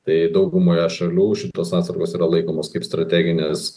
tai daugumoje šalių šitos atsargos yra laikomos kaip strateginės